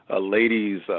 ladies